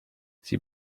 sie